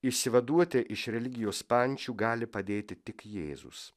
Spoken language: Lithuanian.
išsivaduoti iš religijos pančių gali padėti tik jėzus